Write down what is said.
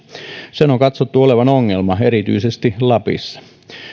sen on katsottu olevan ongelma erityisesti lapissa